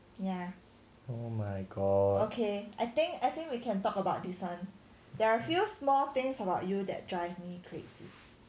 oh my god